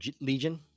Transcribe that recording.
Legion